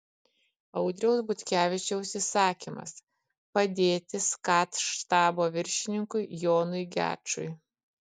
audriaus butkevičiaus įsakymas padėti skat štabo viršininkui jonui gečui